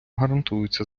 гарантується